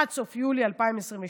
עד סוף יולי 2022,